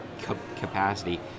capacity